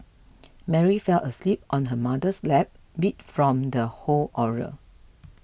Mary fell asleep on her mother's lap beat from the whole ordeal